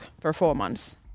performance